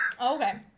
Okay